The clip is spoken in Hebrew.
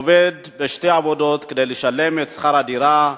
עובד בשתי עבודות כדי לשלם את שכר הדירה,